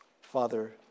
Father